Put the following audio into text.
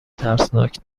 ترسناک